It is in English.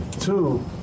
two